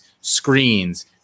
screens